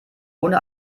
ohne